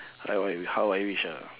how I how I wish ah